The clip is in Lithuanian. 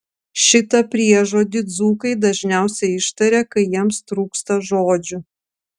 šitą priežodį dzūkai dažniausiai ištaria kai jiems trūksta žodžių